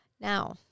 Now